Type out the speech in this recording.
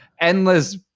endless